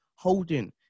Holding